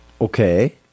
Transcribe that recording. Okay